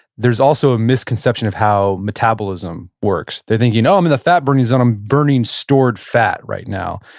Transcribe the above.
there's also a misconception of how metabolism works. they think, you know i'm in the fat burning zone. i'm burning stored fat right now.